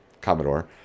commodore